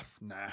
nah